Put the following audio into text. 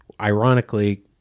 ironically